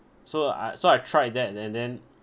so I so I tried that and then